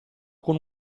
con